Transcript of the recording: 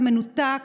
אתה מנותק,